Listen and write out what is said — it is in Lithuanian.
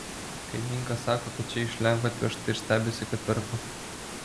kaimynka sako kad čia iš lenkų atvežta ir stebisi kad perku